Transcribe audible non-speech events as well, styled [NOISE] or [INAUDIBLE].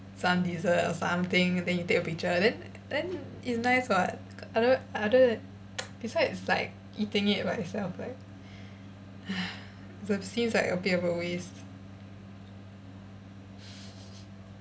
some dessert or something then you take a picture then then it's nice [what] other other besides like eating it by itself right [BREATH] it seems like a bit of a waste